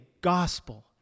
gospel